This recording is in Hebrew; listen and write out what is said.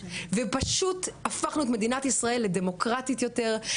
ופשוט הפכנו את מדינת ישראל לדמוקרטית יותר,